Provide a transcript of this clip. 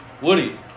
Woody